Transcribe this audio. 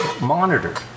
monitored